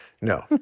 No